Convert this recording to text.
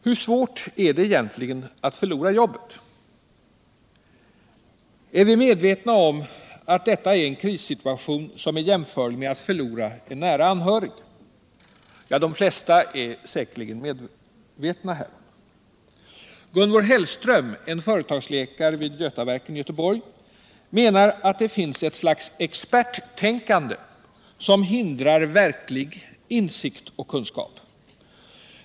Hur svårt är det egentligen att förlora jobbet? Är vi medvetna om att det är en krissituation som är jämförbar med den att förlora en nära anhörig? De flesta är säkerligen medvetna härom. Gunvor Hällström, en företagsläkare vid Götaverken i Göteborg, menar att det finns ett slags experttänkande, som hindrar verklig insikt och kunskap.